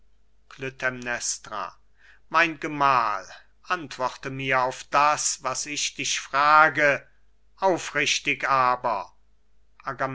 mein gemahl antworte mir auf das was ich dich frage aufrichtig aber